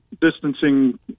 distancing